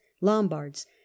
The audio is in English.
Lombards